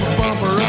bumper